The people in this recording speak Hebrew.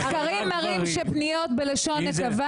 מחקרים מראים שפניות בלשון נקבה